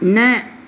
न